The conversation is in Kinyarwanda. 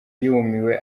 yumiwe